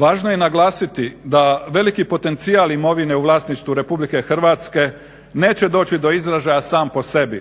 Važno je naglasiti da veliki potencijal imovine u vlasništvu Republike Hrvatske neće doći do izražaja sam po sebi